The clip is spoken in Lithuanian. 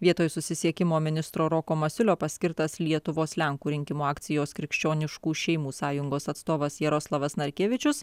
vietoj susisiekimo ministro roko masiulio paskirtas lietuvos lenkų rinkimų akcijos krikščioniškų šeimų sąjungos atstovas jaroslavas narkevičius